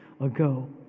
ago